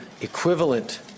equivalent